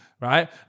right